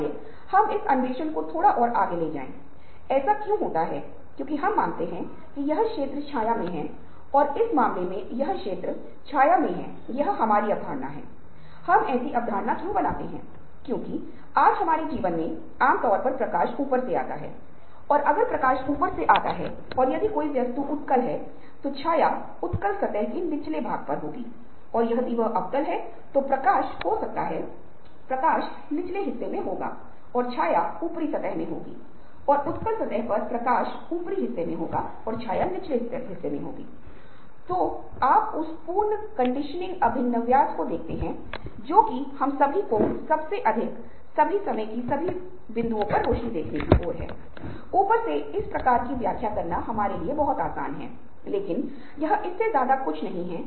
लेकिन अपरंपरागत उपयोग जो इसे पेपरवेट के रूप में इस्तेमाल किया जा सकता है इसका उपयोग एक दरवाजे के स्टॉप के रूप में किया जा सकता है इसे एक खिड़की के माध्यम से फेंकने के लिए इस्तेमाल किया जा सकता है इसे एक हथियार के रूप में इस्तेमाल किया जा सकता है यह मेरी बहन को मारने के लिए इस्तेमाल किया जा सकता है